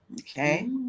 Okay